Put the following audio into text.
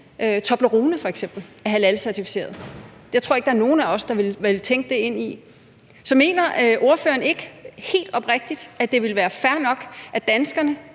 Toblerone halalcertificeret. Jeg tror ikke, der er nogen af os, der ville tænke på det. Så mener ordføreren ikke helt oprigtigt, at det ville være fair nok, at danskerne